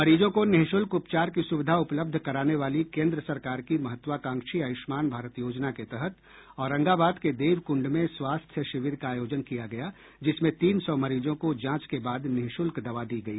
मरीजों को निःशुल्क उपचार की सुविधा उपलब्ध कराने वाली केंद्र सरकार की महत्वाकांक्षी आयुष्मान भारत योजना के तहत औरंगाबाद के देव कुंड में स्वास्थ्य शिविर का आयोजन किया गया जिसमें तीन सौ मरीजों का जांच के बाद निःशुल्क दवा दी गई